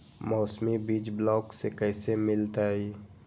मौसमी बीज ब्लॉक से कैसे मिलताई?